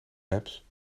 maps